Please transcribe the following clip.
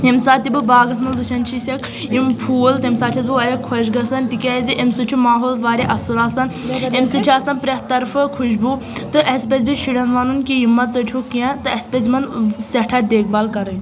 ییٚمہِ ساتہٕ تہِ بہٕ باغَس منٛز وُچھان چھِ سیٚکھ یِم فوٗل تَمہِ ساتہٕ چھیٚس بہٕ واریاہ خۄش گژھان تِکیٛازِ اَمہِ سۭتۍ چھُ ماحول واریاہ اصٕل آسان اَمہِ سۭتۍ چھِ آسَن پرٛیٚتھ طرفہٕ خُوشبوٗ تہٕ اسہِ پَزِ بیٚیہِ شُریٚن وَنُن کہِ یِم ما ژٔٹہِ ہوک کیٚنٛہہ تہٕ اسہِ پَزِ یِمَن سٮ۪ٹھاہ دیکھ بال کَرٕنۍ